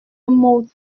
mot